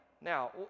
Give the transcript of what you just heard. Now